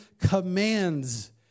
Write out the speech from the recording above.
commands